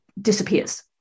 disappears